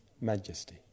majesty